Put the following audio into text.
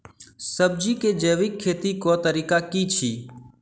सब्जी केँ जैविक खेती कऽ तरीका की अछि?